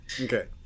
Okay